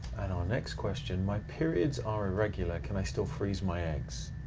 and our next question, my periods are irregular, can i still freeze my eggs?